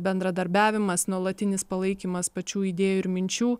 bendradarbiavimas nuolatinis palaikymas pačių idėjų ir minčių